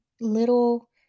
little